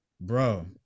bro